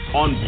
on